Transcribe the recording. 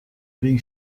being